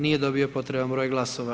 Nije dobio potreban broj glasova.